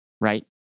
Right